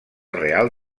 real